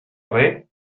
vrai